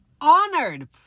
honored